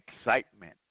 excitement